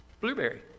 Blueberry